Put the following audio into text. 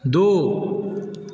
दो